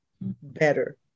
better